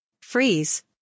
Freeze